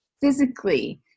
physically